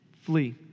Flee